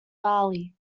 barley